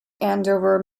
andover